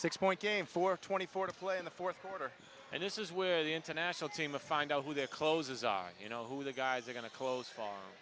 six point game for twenty four to play in the fourth quarter and this is where the international team of find out who their closes are you know who the guys are going to close far